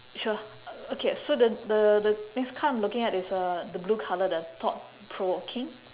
sure okay so the the the next card I'm looking at is the blue colour the thought provoking